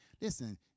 Listen